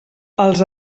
els